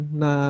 na